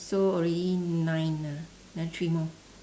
so already nine ah another three more